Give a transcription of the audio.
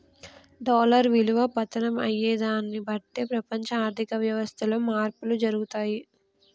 dollar విలువ పతనం అయ్యేదాన్ని బట్టే ప్రపంచ ఆర్ధిక వ్యవస్థలో మార్పులు జరుగుతయి